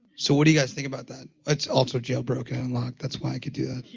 so what do you guys think about that? it's altered jailbroken and locked that's why i could do yeah